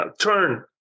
turn